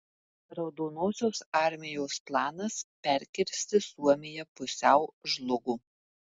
raudonosios armijos planas perkirsti suomiją pusiau žlugo